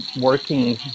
working